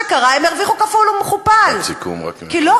כי לא רק את אלה ששוכבים הם הוציאו מהחובה שלהם לשלם,